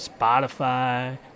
Spotify